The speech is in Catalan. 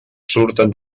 surten